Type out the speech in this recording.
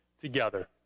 together